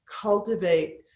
cultivate